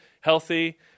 healthy